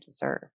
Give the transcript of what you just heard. deserve